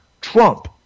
Trump